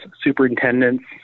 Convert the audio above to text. superintendents